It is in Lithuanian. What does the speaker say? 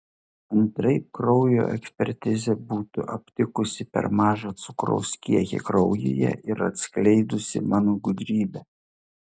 antraip kraujo ekspertizė būtų aptikusi per mažą cukraus kiekį kraujyje ir atskleidusi mano gudrybę